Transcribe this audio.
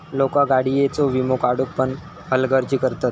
लोका गाडीयेचो वीमो काढुक पण हलगर्जी करतत